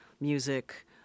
music